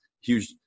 huge